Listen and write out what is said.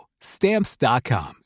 Stamps.com